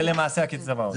זה למעשה הקצבאות.